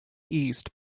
east